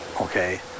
Okay